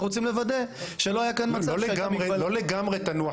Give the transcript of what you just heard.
אנחנו רוצים לוודא שלא היה כאן מצב ש --- לא לגמרי תנוח